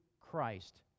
Christ